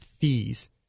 fees